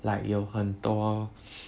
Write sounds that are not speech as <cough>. like 有很多 <noise>